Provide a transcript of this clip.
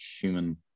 human